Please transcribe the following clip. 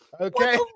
Okay